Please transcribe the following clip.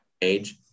age